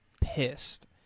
pissed